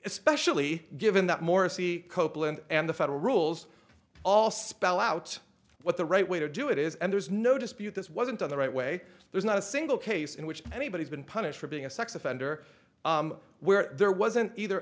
especially given that morrissey copeland and the federal rules all spell out what the right way to do it is and there's no dispute this wasn't on the right way there's not a single case in which anybody's been punished for being a sex offender where there wasn't either